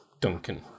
Duncan